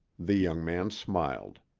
the young man smiled.